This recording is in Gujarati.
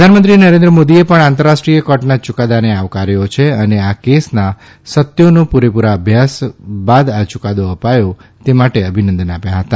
પ્રધાનમંત્રી નરેન્દ્ર મોદીએ પણ આંતરરાષ્ટ્રીય કોર્ટના યુકાદાને આવકાર્યો છે અને આ કેસના સત્યોનો પુરેપુરા અભ્યાસ બાદ આ યુકાદો અપાયો છે તે માટે અભિનંદન આપ્યા હતા